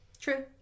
True